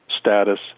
status